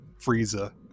Frieza